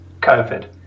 COVID